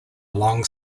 long